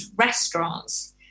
restaurants